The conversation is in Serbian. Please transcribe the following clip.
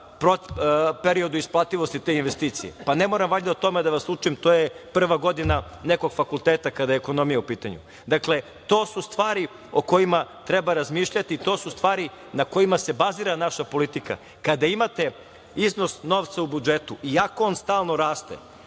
periodu isplativosti te investicije. Ne moram valjda o tome da vas učim? To je prva godina nekog fakulteta kada je ekonomija u pitanju. Dakle, to su stvari o kojima treba razmišljati, to su stvari na kojima se bazira naša politika. Kada imate iznos novca u budžetu, iako on stalno raste,